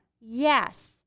Yes